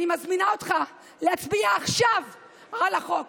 אני מזמינה אותך להצביע עכשיו על החוק,